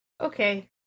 Okay